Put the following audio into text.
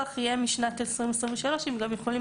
שהדיווח יהיה משנת 2023. הם גם יכולים